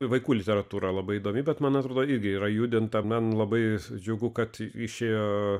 vaikų literatūra labai įdomi bet man atrodo irgi yra judinta man labai džiugu kad išėjo